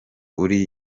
uri